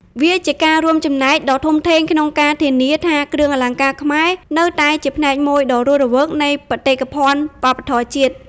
វាជាការរួមចំណែកដ៏ធំធេងក្នុងការធានាថាគ្រឿងអលង្ការខ្មែរនៅតែជាផ្នែកមួយដ៏រស់រវើកនៃបេតិកភណ្ឌវប្បធម៌ជាតិ។